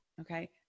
Okay